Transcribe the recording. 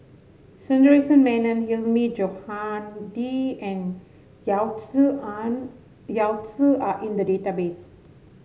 Sundaresh Menon Hilmi Johandi and Yao Zi Yao Zi are in the database